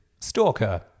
Stalker